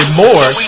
more